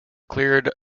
cleared